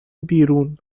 بیرون